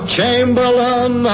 Chamberlain